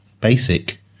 basic